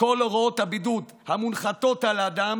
כדי שכל הוראות הבידוד המונחתות על האדם